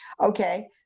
okay